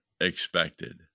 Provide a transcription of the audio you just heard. expected